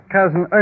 Cousin